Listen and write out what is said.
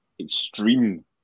extreme